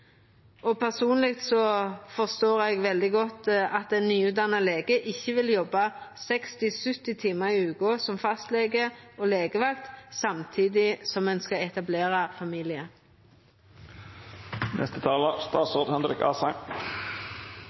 Personleg forstår eg veldig godt at ein nyutdanna lege ikkje vil jobba 60–70 timar i veka som fastlege og legevakt samtidig som ein skal etablera